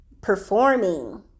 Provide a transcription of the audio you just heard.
performing